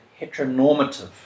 heteronormative